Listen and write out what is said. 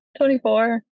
24